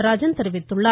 நடராஜன் தெரிவித்துள்ளார்